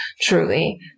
truly